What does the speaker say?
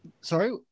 Sorry